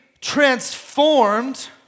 transformed